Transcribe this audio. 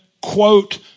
quote